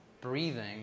breathing